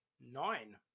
nine